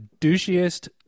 douchiest